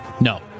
No